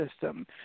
system